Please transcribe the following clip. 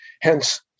Hence